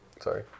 Sorry